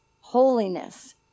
Holiness